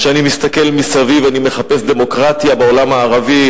כשאני מסתכל מסביב אני מחפש דמוקרטיה בעולם הערבי.